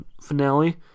finale